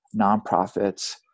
nonprofits